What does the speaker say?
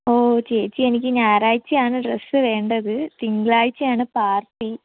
ഓ ചേച്ചി എനിക്ക് ഞാറാഴ്ച്ചയാണ് ഡ്രെസ്സ് വേണ്ടത് തിങ്കളാഴ്ച്ചയാണ് പാർട്ടി